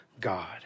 God